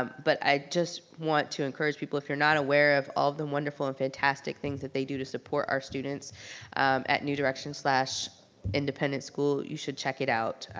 but i just want to encourage people if you're not aware of all the wonderful and fantastic things that they do to support our students at new directions slash independence school you should check it out.